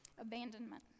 abandonment